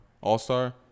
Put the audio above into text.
All-star